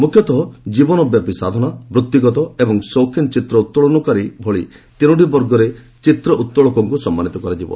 ମୁଖ୍ୟତଃ ଜୀବନବ୍ୟାପୀ ସାଧନା ବୃତ୍ତିଗତ ଏବଂ ସୌଖିନ ଚିତ୍ର ଉତ୍ତୋଳନକାରୀ ଭଳି ତିନୋଟି ବର୍ଗରେ ଚିତ୍ର ଉତ୍ତୋଳକଙ୍କୁ ସମ୍ମାନୀତ କରାଯିବ